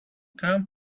come